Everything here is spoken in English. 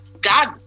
God